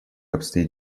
обстоит